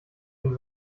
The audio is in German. den